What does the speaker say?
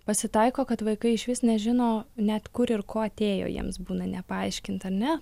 pasitaiko kad vaikai išvis nežino net kur ir ko atėjo jiems būna nepaaiškinta ne